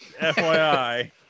FYI